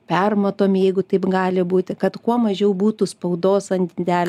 permatomi jeigu taip gali būti kad kuo mažiau būtų spaudos ant indelio